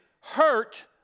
hurt